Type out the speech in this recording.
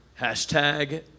hashtag